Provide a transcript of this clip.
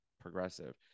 progressive